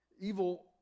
Evil